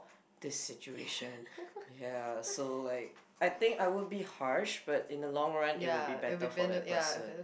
this situation ya so like I think I would be harsh but in a long run it would be better for that person